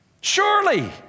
Surely